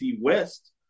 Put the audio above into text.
West